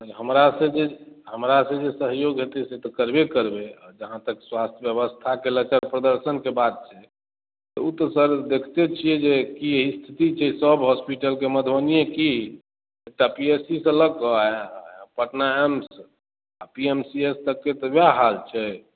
हमरासँ जे हमरासँ जे परहेज हेतै से तऽ करबे करबै आ जहाँ तक स्वास्थ्य व्यवस्था के लऽ कऽ प्रदर्शनके बात छै ओ तऽ सर देखते छियै जे की स्थिति छै सभ हॉस्पिटलके मधुबनिये की एकटा पी एच डी सँ लऽ कऽ पटना एम्स आ पी एम सी एच तकके तऽ उएह हाल छै